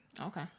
Okay